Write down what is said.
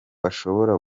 ashobora